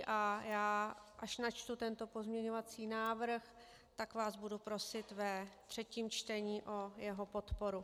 A já, až načtu tento pozměňovací návrh, tak vás budu prosit ve třetím čtení o jeho podporu.